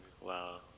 Wow